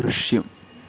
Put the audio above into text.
ദൃശ്യം